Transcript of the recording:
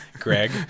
Greg